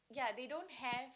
ya they don't have